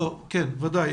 ודאי.